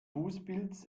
fußpilz